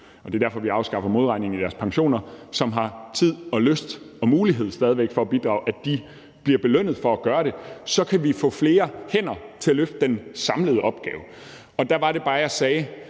det er derfor, vi afskaffer modregningerne i deres pensioner, som har tid og lyst og stadig væk mulighed for at bidrage, faktisk belønnes for at gøre det, så kan vi få flere hænder til at løfte den samlede opgave. Der var det bare, jeg sagde,